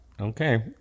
Okay